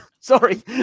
Sorry